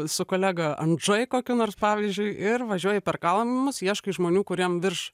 su kolega andžėj kokiu nors pavyzdžiui ir važiuoji per kalmus ieškai žmonių kuriem virš